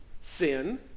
Sin